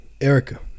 Erica